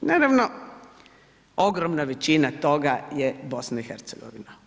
Naravno ogromna većina toga je BiH